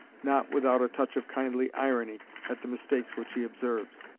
not without a touch of kindly irony at the mistakes which he observes.